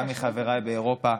גם מחבריי מאירופה,